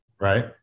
right